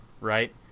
right